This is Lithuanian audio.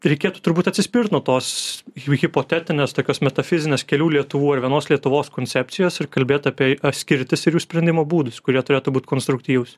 reikėtų turbūt atsispirt nuo tos hi hipotetinės tokios metafizinės kelių lietuvoj vienos lietuvos koncepcijos ir kalbėt apie a skirtis ir jų sprendimo būdus kurie turėtų būt konstruktyvūs